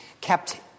kept